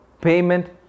Payment